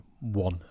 one